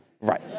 Right